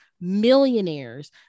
millionaires